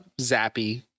zappy